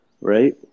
right